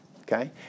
okay